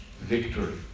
victory